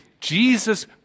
Jesus